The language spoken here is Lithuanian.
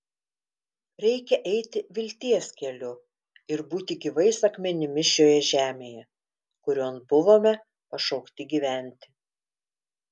reikia eiti vilties keliu ir būti gyvais akmenimis šioje žemėje kurion buvome pašaukti gyventi